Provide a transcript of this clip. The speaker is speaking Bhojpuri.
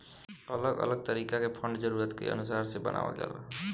अलग अलग तरीका के फंड जरूरत के अनुसार से बनावल जाला